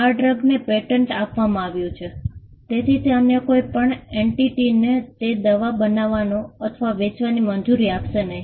આ ડ્રગને પેટન્ટ આપવામાં આવ્યું છે તેથી તે અન્ય કોઈ પણ એન્ટિટીને તે દવા બનાવવાનું અથવા વેચવાની મંજૂરી આપશે નહીં